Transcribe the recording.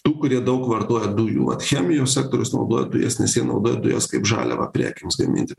tų kurie daug vartoja dujų vat chemijos sektorius naudoja dujas nes jie naudoja dujas kaip žaliavą prekėms gaminti